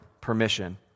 permission